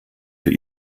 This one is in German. für